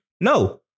No